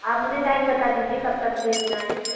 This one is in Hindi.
आप मुझे टाइम बता दीजिए कब तक भेजना है